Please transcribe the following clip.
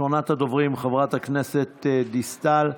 ראשונת הדוברים, חברת הכנסת דיסטל,